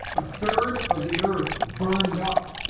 a third of the earth burned up.